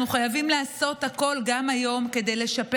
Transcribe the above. אנחנו חייבים לעשות הכול גם היום כדי לשפר